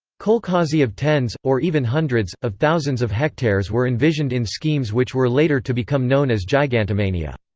kolkhozy of tens, or even hundreds, of thousands of hectares were envisioned in schemes which were later to become known as gigantomania.